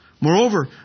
Moreover